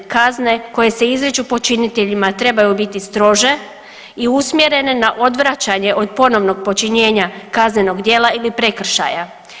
Kazne koje se izriču počiniteljima trebaju biti strože i usmjerene na odvraćanje od ponovnog počinjenja kaznenog djela ili prekršaja.